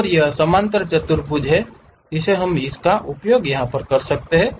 और यह समांतर चतुर्भुज हम उस तरह से भी उपयोग कर सकते हैं